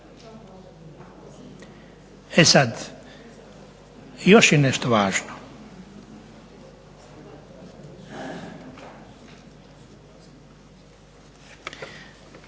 E sada, još je nešto važno.